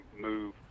move